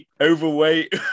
overweight